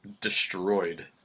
destroyed